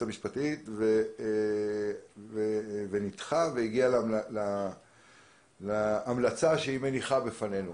המשפטית והגיעה להמלצה שהיא מניחה בפנינו